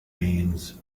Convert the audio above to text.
means